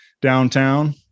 downtown